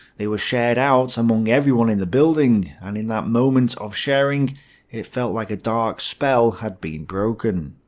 they were shared out among everyone in the building and in that moment of sharing it felt like a dark spell had been broken.